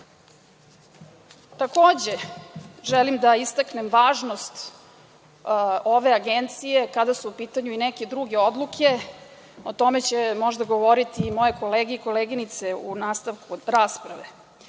odgovor. Takođe, želim da istaknem važnost ove agencije kada su u pitanju i neke druge odluke, o tome će možda govoriti i moje kolege i koleginice u nastavku rasprave,